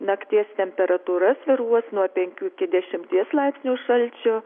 nakties temperatūra svyruos nuo penkių iki dešimties laipsnių šalčio